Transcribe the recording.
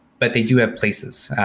but they do have places.